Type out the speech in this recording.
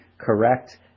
correct